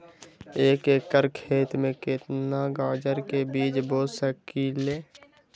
एक एकर खेत में केतना गाजर के बीज बो सकीं ले?